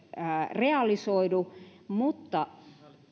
realisoidu mutta